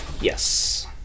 Yes